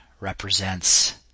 represents